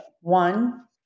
One